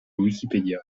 wikipedia